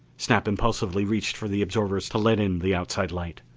snap impulsively reached for the absorbers to let in the outside light.